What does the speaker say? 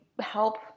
help